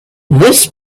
this